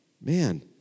Man